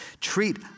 Treat